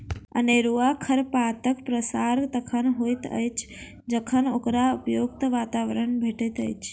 अनेरूआ खरपातक प्रसार तखन होइत अछि जखन ओकरा उपयुक्त वातावरण भेटैत छै